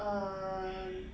um